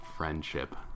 Friendship